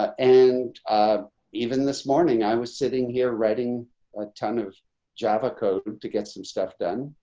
ah and even this morning, i was sitting here writing a ton of java code to get some stuff done.